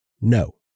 no